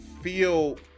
feel